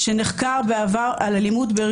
שנחקר בעבר על אלימות,